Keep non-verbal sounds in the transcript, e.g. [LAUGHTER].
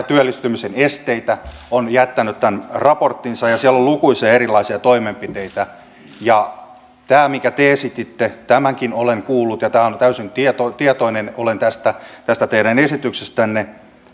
[UNINTELLIGIBLE] työllistymisen esteitä on jättänyt raporttinsa ja ja siellä on lukuisia erilaisia toimenpiteitä tämänkin minkä te esititte olen kuullut ja olen täysin tietoinen tietoinen tästä tästä teidän esityksestänne